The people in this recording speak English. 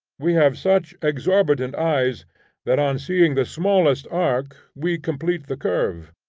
we have such exorbitant eyes that on seeing the smallest arc we complete the curve,